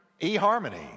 EHarmony